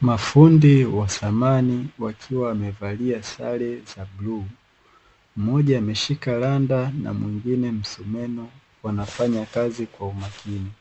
Mafundi wa samani wakiwa wamevalia sare za bluu, mmoja ameshika landa na mwingine msumeno, wanafanya kazi kwa umakini.